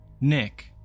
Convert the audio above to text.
Nick